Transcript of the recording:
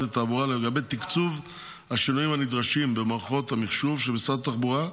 לתעבורה ולגבי תקצוב השינויים הנדרשים במערכות המחשוב של משרד התחבורה,